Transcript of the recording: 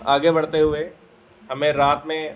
आगे बढ़ते हुए हमें रात में